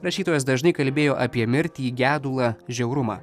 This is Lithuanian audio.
rašytojas dažnai kalbėjo apie mirtį gedulą žiaurumą